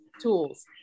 tools